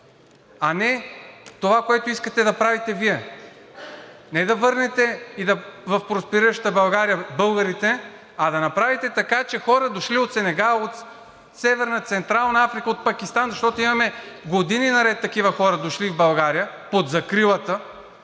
А не това, което искате да правите Вие – не да върнете в просперираща България българите, а да направите така, че хора, дошли от Сенегал, от Северна, Централна Африка, от Пакистан, защото имаме години наред такива хора, дошли в България под закрилата